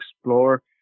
explore